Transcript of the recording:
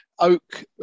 Oak